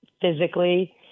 physically